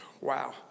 wow